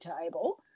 table